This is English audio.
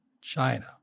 China